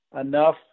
enough